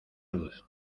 luz